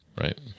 Right